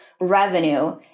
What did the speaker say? revenue